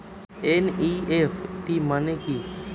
NEFT মনে কি?